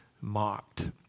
mocked